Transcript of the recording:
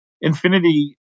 Infinity